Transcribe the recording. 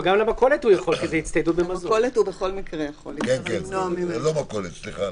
לא הייתה כוונה כזו אבל צריך לזכור על